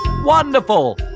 Wonderful